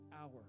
hour